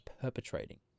perpetrating